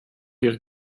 ihre